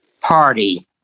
party